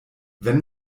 wenn